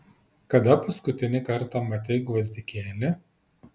kada paskutinį kartą matei gvazdikėlį